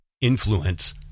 influence